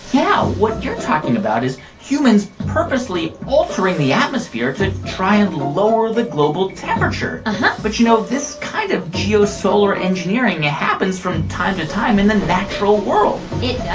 yeah. what you're talking about is humans purposely altering the atmosphere to try and lower the global temperature uh-huh but, you know, this kind of geo-solar engineering happens from time to time in the natural world it